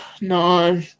no